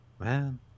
Man